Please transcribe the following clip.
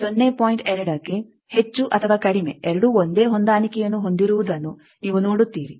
2ಕ್ಕೆ ಹೆಚ್ಚು ಅಥವಾ ಕಡಿಮೆ ಎರಡೂ ಒಂದೇ ಹೊಂದಾಣಿಕೆಯನ್ನು ಹೊಂದಿರುವುದನ್ನು ನೀವು ನೋಡುತ್ತೀರಿ